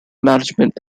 management